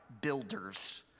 builders